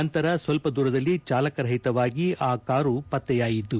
ನಂತರ ಸ್ವಲ್ಲ ದೂರದಲ್ಲಿ ಚಾಲಕ ರಹಿತವಾಗಿ ಆ ಕಾರು ಪತ್ತೆಯಾಯಿತು